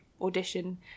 audition